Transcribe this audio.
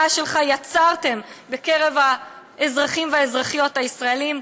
שלך יצרתם בקרב האזרחים והאזרחיות הישראלים.